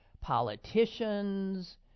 Politicians